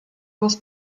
was